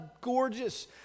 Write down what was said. gorgeous